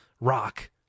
rock